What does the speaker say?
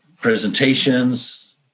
presentations